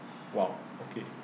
!wah! okay